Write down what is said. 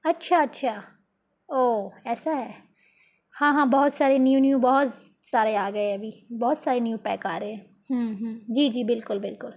اچھا اچھا او ایسا ہے ہاں ہاں بہت سارے نیو نیو بہت سارے آ گئے ابھی بہت سارے نیو پیک آ رہے ہیں جی جی بالکل بالکل